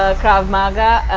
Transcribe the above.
ah krav maga,